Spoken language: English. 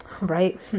right